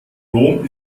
rom